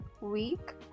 week